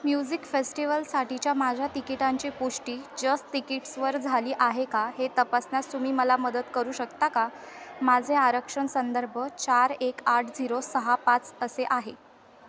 music फेस्टिवलसाठीच्या माझ्या तिकिटांची पुष्टी जस्ट तिकीट्सवर झाली आहे का हे तपासण्यास तुम्ही मला मदत करू शकता का माझे आरक्षण संदर्भ चार एक आठ झिरो सहा पाच असे आहे